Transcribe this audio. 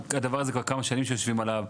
הדבר הזה כבר כמה שנים שיושבים עליו.